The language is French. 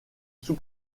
sous